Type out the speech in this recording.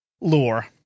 lore